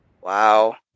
Wow